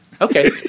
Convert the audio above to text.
Okay